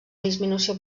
disminució